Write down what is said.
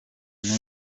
n’uyu